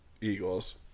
Eagles